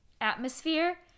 atmosphere